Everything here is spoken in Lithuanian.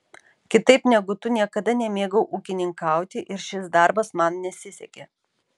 kitaip negu tu niekada nemėgau ūkininkauti ir šis darbas man nesisekė